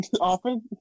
often